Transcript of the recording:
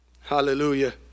hallelujah